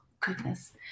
goodness